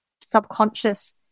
subconscious